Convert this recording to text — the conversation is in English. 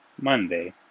Monday